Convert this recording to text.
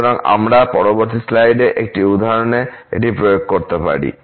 সুতরাং আমরা পরবর্তী স্লাইডে একটি উদাহরণে এটি প্রয়োগ করতে পারি